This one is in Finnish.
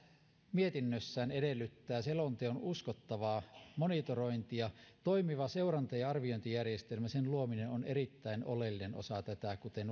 mietinnössään edellyttää selonteon uskottavaa monitorointia toimivan seuranta ja arviointijärjestelmän luominen on erittäin oleellinen osa tätä kuten